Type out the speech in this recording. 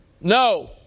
No